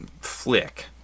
flick